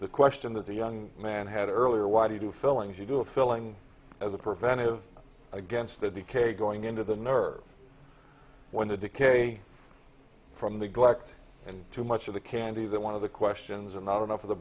the question that the young man had earlier why do you do fillings you do a filling as a preventive against the decay going into the nerves when the decay from the glass and to much of the candy that one of the questions and not enough of the